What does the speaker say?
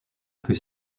peut